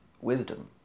wisdom